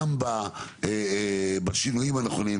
גם בשינויים הנכונים,